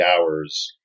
hours